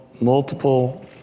multiple